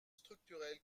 structurelles